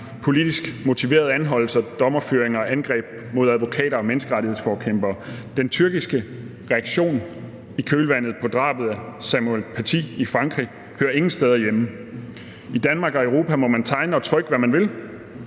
politisk motiverede anholdelser, dommerfyringer og angreb på advokater og menneskerettighedsforkæmpere. Den tyrkiske reaktion i kølvandet på drabet på Samuel Paty i Frankrig hører ingen steder hjemme. I Danmark og Europa må man tegne og trykke, hvad man vil.